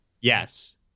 Yes